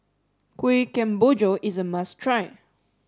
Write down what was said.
Kuih Kemboja is a must try